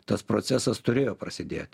tas procesas turėjo prasidėt